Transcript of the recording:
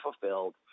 fulfilled